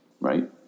Right